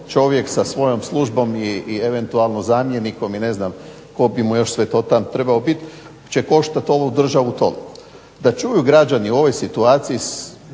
čovjek sa svojom službom i eventualno zamjenikom i ne znam tko bi mu još sve tamo trebao biti će koštati ovu državu toliko, da čuju građani u ovoj situaciji